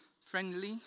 friendly